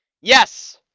Yes